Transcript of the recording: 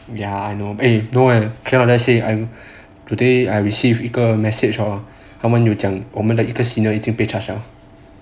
ya eh bro cannot like that say today I received 一个 message hor 他们又讲我们一个 senior 已经被 charged 了